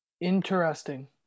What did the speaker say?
Interesting